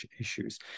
issues